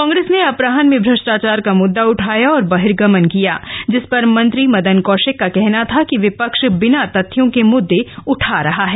कांग्रेस ने अपराहन में श्रष्टाचार का मुददा उठाया और बहिर्गमन किया जिस पर मंत्री मदन कौशिक का कहना था कि विपक्ष बिना तथ्यों के मुददे उठा रहा है